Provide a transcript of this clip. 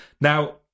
now